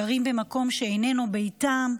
גרים במקום שאיננו ביתם,